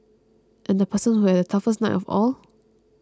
and the person who had the toughest night of all